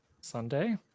Sunday